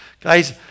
Guys